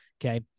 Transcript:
okay